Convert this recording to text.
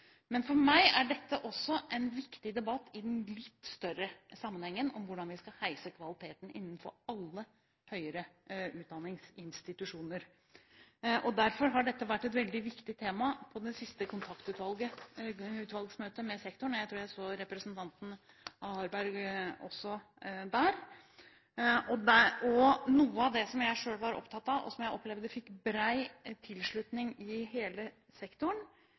Men for meg er dette også en viktig debatt i den litt større sammenhengen om hvordan vi skal heve kvaliteten innenfor alle høyere utdanningsinstitusjoner. Derfor var dette et viktig tema på det siste kontaktutvalgsmøtet med sektoren – jeg tror jeg så representanten Harberg der også – og noe som jeg selv var opptatt av og som jeg opplevde hadde bred tilslutning i hele sektoren.